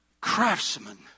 craftsman